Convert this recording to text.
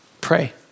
pray